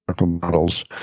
models